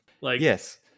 Yes